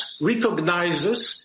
recognizes